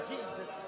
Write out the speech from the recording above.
Jesus